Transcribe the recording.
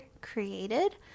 created